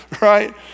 right